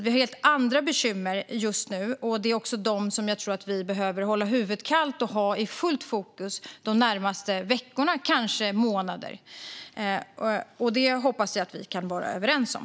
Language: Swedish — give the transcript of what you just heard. Vi har helt andra bekymmer just nu, och jag tror att vi behöver hålla huvudet kallt och ha fullt fokus på dem de närmaste veckorna - kanske månaderna. Det hoppas jag att vi kan vara överens om.